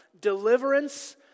deliverance